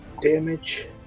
damage